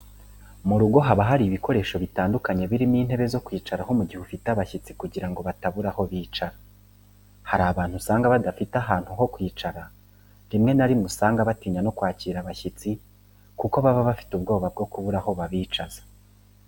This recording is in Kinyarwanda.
Mu rugo haba hari ibikoresho bitandukanye birimo intebe zo kwicaraho mu gihe ufite abashyitsi kugira ngo batabura aho bicara. Hari abantu usanga badafite ahantu ho kwicara rimwe na rimwe usanga batinya no kwakira abashyitsi kuko baba bafite ubwoba bwo kubura aho babicaza.